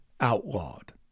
outlawed